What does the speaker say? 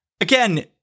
again